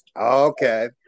Okay